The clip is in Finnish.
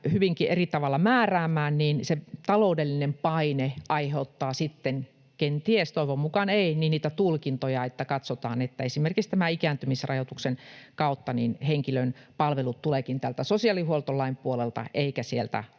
hyvinkin eri tavalla määräämään, niin taloudellinen paine aiheuttaa sitten kenties — toivon mukaan ei — niitä tulkintoja, että katsotaan, että esimerkiksi ikääntymisrajoituksen kautta henkilön palvelut tulevatkin sosiaalihuoltolain puolelta eivätkä sieltä